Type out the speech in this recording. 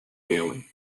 daily